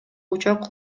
учак